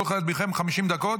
כולכם 50 דקות,